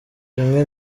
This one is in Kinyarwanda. rimwe